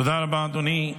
תודה רבה, אדוני.